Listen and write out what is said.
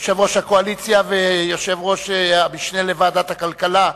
יושב-ראש הקואליציה ויושב-ראש ועדת המשנה לוועדת הכלכלה,